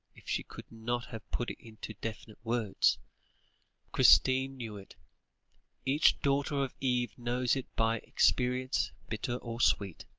if she could not have put it into definite words christina knew it each daughter of eve knows it by experience bitter or sweet